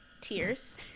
tears